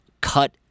cut